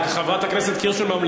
חברת הכנסת קירשנבאום,